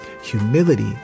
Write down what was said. humility